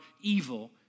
evil